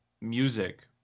music